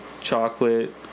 chocolate